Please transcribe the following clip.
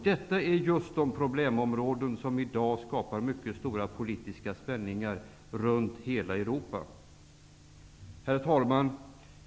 Dessa är just de problemområden som i dag skapar mycket stora politiska spänningar i hela Europa. Herr talman!